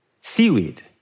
Seaweed